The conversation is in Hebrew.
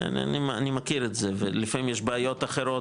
אני מכיר את זה ולפעמים יש בעיות אחרות,